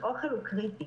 נושא האוכל הוא קריטי.